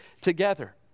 together